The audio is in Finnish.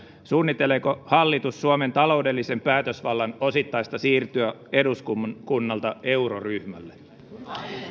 suunnitteleeko hallitus suomen taloudellisen päätösvallan osittaista siirtoa eduskunnalta euroryhmälle